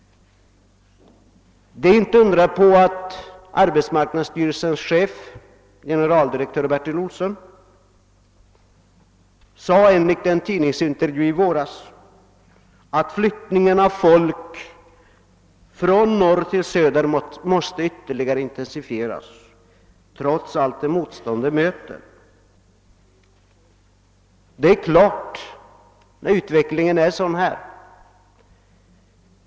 Det är inte att undra på att arbetsmarknadsstyrelsens chef generaldirektör Bertil Olsson enligt en tidningsintervju i våras sade att flyttningen av folk från norr till söder måste ytterligare intensifieras trots allt det motstånd den möter. Ja, det är klart, när utvecklingen är sådan som den är.